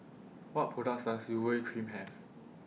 What products Does Urea Cream Have